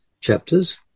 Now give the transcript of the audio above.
chapters